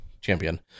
Champion